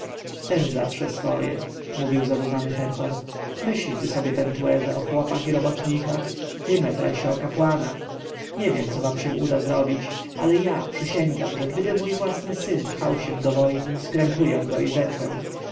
ten zawsze swoje mówił zadumany herhor myśl ty sobie pentuerze o chłopach i robotnikach ty mefresie o kapłanach nie wiem co wam się uda zrobić ale ja przysięgam że gdyby mój własny syn pchał egipt do wojny zetrę